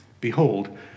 Behold